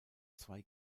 zwei